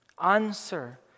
Answer